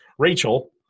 Rachel